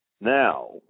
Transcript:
now